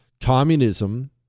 Communism